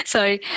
Sorry